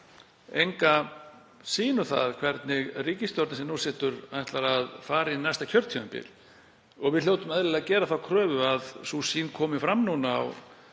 enga sýn um það hvernig ríkisstjórnin sem nú situr ætlar að fara inn í næsta kjörtímabil og við hljótum eðlilega að gera þá kröfu að sú sýn komi fram núna á